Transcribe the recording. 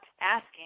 asking